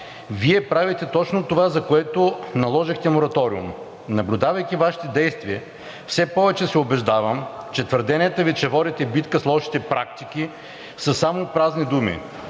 Вие правите точно това, за което наложихте мораториум. Наблюдавайки Вашите действия, все повече се убеждавам, че твърденията Ви, че водите битка с лошите практики, са само празни думи.